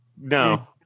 No